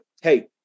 hey